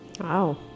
Wow